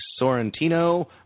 Sorrentino